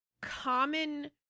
common